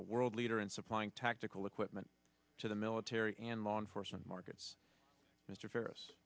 a world leader in supplying tactical equipment to the military and law enforcement markets mr fa